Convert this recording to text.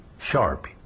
sharp